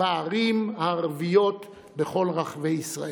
בערים ערביות בכל רחבי ישראל,